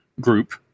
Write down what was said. group